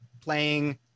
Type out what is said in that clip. playing